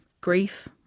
grief